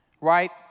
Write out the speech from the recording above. right